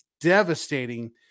devastating